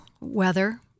weather